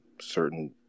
certain